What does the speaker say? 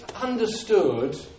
understood